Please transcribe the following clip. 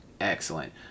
excellent